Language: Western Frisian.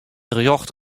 rjocht